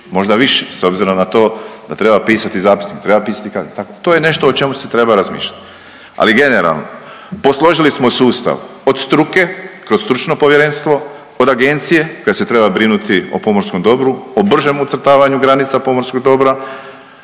možda više s obzirom na to da treba pisati zapisnik, treba pisati kazne, tako, to je nešto o čemu se treba razmišljati. Ali generalno, posložili smo sustav od struke kroz stručno povjerenstvo, od agencije koja se treba brinuti o pomorskom dobru, o bržem ucrtavanju granica pomorskog dobra,